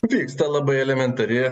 vyksta labai elementari